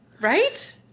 Right